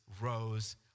rose